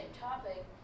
topic